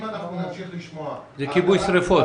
אם אנחנו נמשיך לשמוע --- זה כיבוי שריפות.